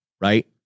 right